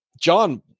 John